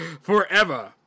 forever